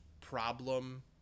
problem